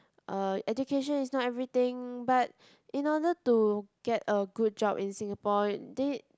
uh education is not everything but in order to get a good job in Singapore they